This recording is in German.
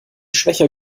schwächer